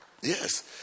Yes